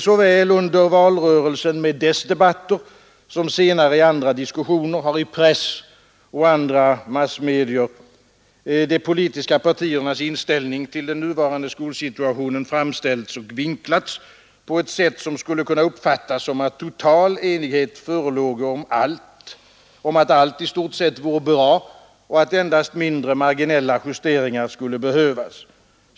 Såväl under valrörelsen med dess debatter som senare i andra diskussioner har i pressen och andra massmedier de politiska partiernas inställning till den nuvarande skolsituationen framställts och vinklats på ett sätt som skulle kunna uppfattas som att total enighet förelåge om att allt i stort sett vore bra och att endast mindre, marginella justeringar skulle behövas.